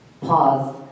pause